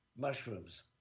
mushrooms